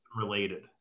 related